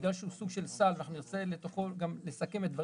בגלל שהוא סוג של סל ונרצה לסכם לתוכו